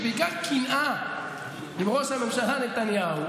ובעיקר קנאה בראש הממשלה נתניהו,